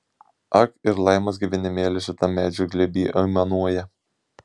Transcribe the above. ak ir laimos gyvenimėlis šitam medžių glėby aimanuoja